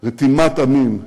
רתימת עמים,